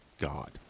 God